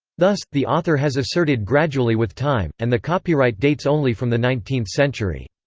thus, the author has asserted gradually with time, and the copyright dates only from the nineteenth century.